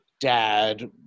dad